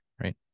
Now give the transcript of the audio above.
right